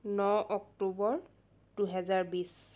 ন অক্টোবৰ দুহেজাৰ বিছ